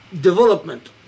development